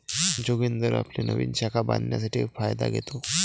जोगिंदर आपली नवीन शाखा बांधण्यासाठी फायदा घेतो